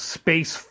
space